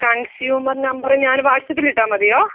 consumer number ഞാൻ വാട്ട്സപ്പിൽ ഇട്ടാൽ മതിയോ